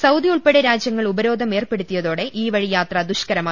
Saudi ഉൾപ്പെടെ രാജ്യങ്ങൾ ഉപരോധം ഏർപ്പെടുത്തിയതോടെ ഈ വഴി യാത്ര ദുഷ്കരമായി